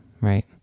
right